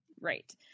Right